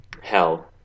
Hell